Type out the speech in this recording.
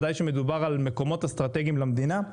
או מקומות אסטרטגיים למדינה.